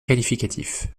qualificatif